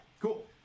cool